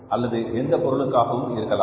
அல்லது எந்த பொருளுக்காகவும் இருக்கலாம்